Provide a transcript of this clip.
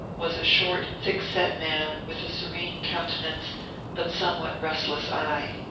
was a short, thick-set man with a serene countenance but somewhat rest less eye.